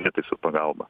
prietaisų pagalba